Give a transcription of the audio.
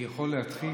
אני יכול להתחיל?